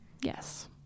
yes